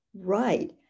Right